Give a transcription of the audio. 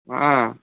ஆ